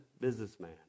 businessman